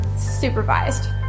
supervised